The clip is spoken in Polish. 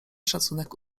szacunek